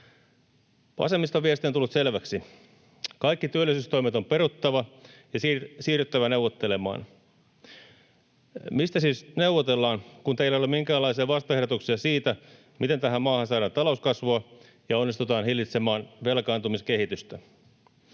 Vasemmiston viesti on tullut selväksi: kaikki työllisyystoimet on peruttava ja siirryttävä neuvottelemaan. Mistä siis neuvotellaan, kun teillä ei ole minkäänlaisia vastaehdotuksia siitä, miten tähän maahan saadaan talouskasvua ja onnistutaan hillitsemään velkaantumiskehitystä?